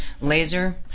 laser